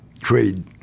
trade